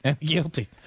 Guilty